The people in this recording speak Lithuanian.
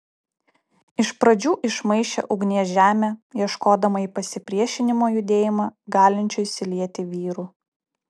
iš pradžių išmaišė ugnies žemę ieškodama į pasipriešinimo judėjimą galinčių įsilieti vyrų